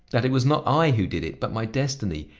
that it was not i who did it, but my destiny,